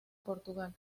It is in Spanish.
portugal